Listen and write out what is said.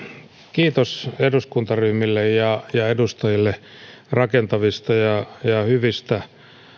kiitos eduskuntaryhmille ja edustajille rakentavista ja hyvistä